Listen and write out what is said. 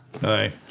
Hi